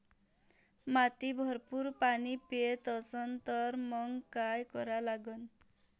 माती भरपूर पाणी पेत असन तर मंग काय करा लागन?